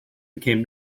became